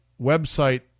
website